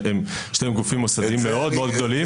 שיש להם גופים מוסדיים מאוד מאוד גדולים,